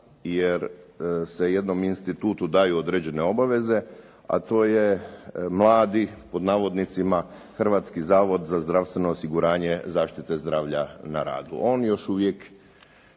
jer se jednom institutu daju određene obaveze, a to je "mladi" Hrvatski zavod za zdravstveno osiguranje zaštite zdravlja na radu.